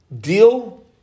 deal